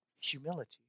humility